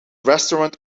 restaurant